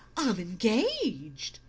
i'm engaged.